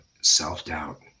self-doubt